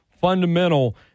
Fundamental